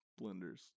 blenders